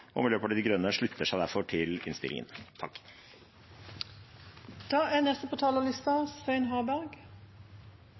Miljøpartiet De Grønne slutter seg derfor til innstillingen.